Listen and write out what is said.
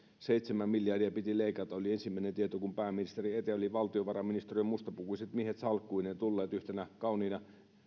seitsemän miljardia piti leikata se oli ensimmäinen tieto kun pääministerin eteen olivat valtiovarainministeriön mustapukuiset miehet salkkuineen tulleet yhtenä kauniina